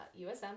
USM